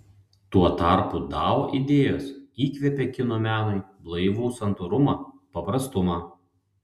tuo tarpu dao idėjos įkvepia kinų menui blaivų santūrumą paprastumą